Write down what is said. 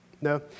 No